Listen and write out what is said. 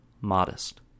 modest